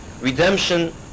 Redemption